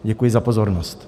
Děkuji za pozornost.